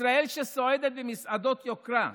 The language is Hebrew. ישראל שסועדת במסעדות יוקרה,